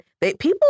people